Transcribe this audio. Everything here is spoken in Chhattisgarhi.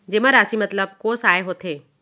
जेमा राशि मतलब कोस आय होथे?